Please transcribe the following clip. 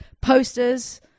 posters